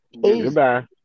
Goodbye